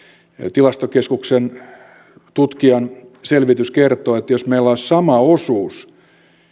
tilastokeskuksen tutkijan selvitys kertoo että jos meillä olisi sama osuus